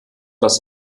das